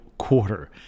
quarter